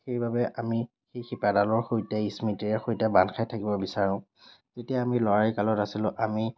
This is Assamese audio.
সেইবাবে আমি সেই শিপাডালৰ সৈতে স্মৃতিৰে সৈতে বান্ধ খাই থাকিব বিচাৰোঁ যেতিয়া আমি ল'ৰালি কালত আছিলোঁ আমি